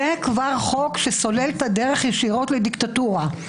זה כבר חוק שסולל את הדרך ישירות לדיקטטורה.